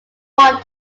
one